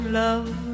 love